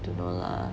dunno lah